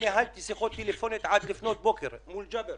ניהלתי שיחות בטלפון עד לפנות בוקר מול ג'אבר,